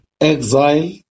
exile